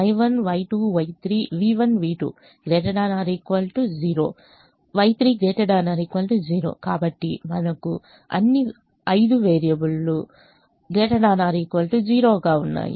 Y3 ≥ 0 కాబట్టి మనకు అన్ని 5 వేరియబుల్స్ ≥ 0 గా ఉన్నాయి